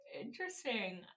interesting